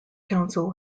council